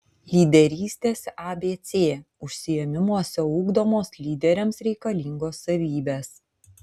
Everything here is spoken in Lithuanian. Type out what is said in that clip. lyderystės abc užsiėmimuose ugdomos lyderiams reikalingos savybės